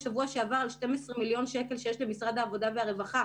בשבוע שעבר דיברו על 12 מיליון שקלים שיש למשרד העבודה והרווחה.